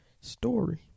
story